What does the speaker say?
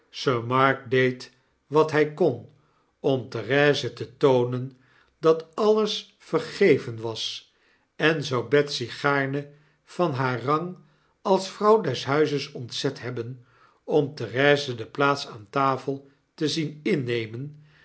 sir mark deed wat hy kon om therese te toonen dat alles vergeven was en zou betsy gaarne van haar rang als vrouw des huizes ontzet hebben om therese de plaats aan tafel te zien innemen